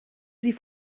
sie